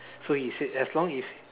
so he said as long if